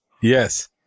Yes